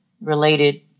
related